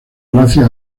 gracias